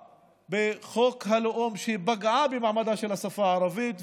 בחוק הלאום שפגעה במעמדה של השפה הערבית,